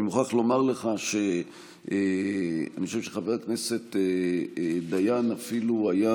אני מוכרח לומר לך שאני חושב שחבר הכנסת דיין אפילו היה